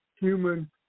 human